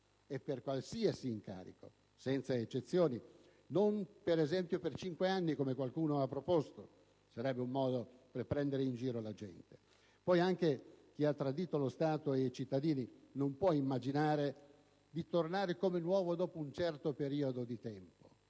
e per qualsiasi incarico, senza eccezioni e non, per esempio, solo per cinque anni, come qualcuno aveva proposto, perché sarebbe un modo per prendere in giro la gente. Chi ha tradito lo Stato e i cittadini non può immaginare di tornare come nuovo dopo un certo periodo di tempo.